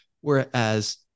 Whereas